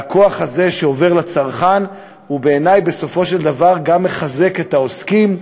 והכוח הזה שעובר לצרכן הוא בעיני בסופו של דבר גם מחזק את העוסקים,